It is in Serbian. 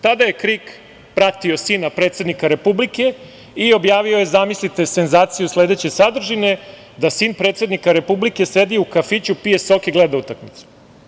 Tada je KRIK pratio sina predsednika Republike i objavio je, zamislite, senzaciju sledeće sadržine da sin predsednika Republike sedi u kafiću, pije sok i gleda utakmicu.